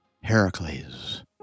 Heracles